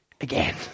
again